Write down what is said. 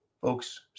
Folks